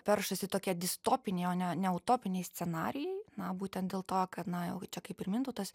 peršasi tokie distopiniai o ne ne utopiniai scenarijai na būtent dėl to kad na jau čia kaip ir mintautas